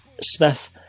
Smith